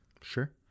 Sure